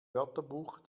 wörterbuch